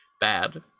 bad